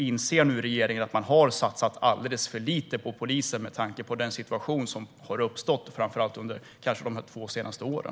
Inser regeringen att man har satsat alldeles för lite på polisen med tanke på den situation som har uppstått framför allt de två senaste åren?